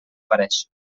apareix